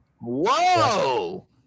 Whoa